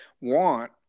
want